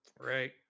Right